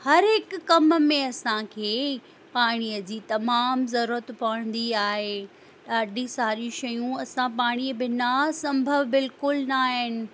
हर हिक कम में असांखे पाणीअ जी तमामु ज़रूरत पवंदी आहे ॾाढी सारी शयूं असां पाणीअ बिना संभव बिल्कुलु न आहिनि